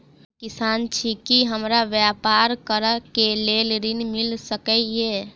हम किसान छी की हमरा ब्यपार करऽ केँ लेल ऋण मिल सकैत ये?